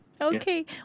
Okay